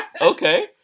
Okay